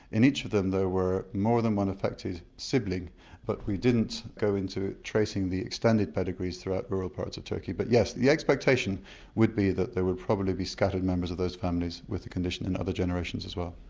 in each of them there were more than one affected sibling but we didn't go into tracing the extended pedigrees throughout rural parts of turkey, but yes, the expectation would be that there would probably be scattered members of those families with the condition in other generations as well.